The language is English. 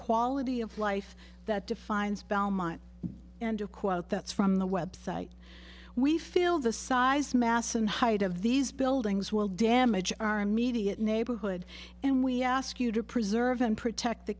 quality of life that defines belmont end of quote that's from the website we feel the size mass and height of these buildings will damage our immediate neighborhood and we ask you to preserve and protect the